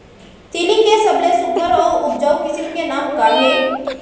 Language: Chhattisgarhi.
तिलि के सबले सुघ्घर अऊ उपजाऊ किसिम के नाम का हे?